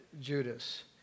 Judas